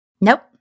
Nope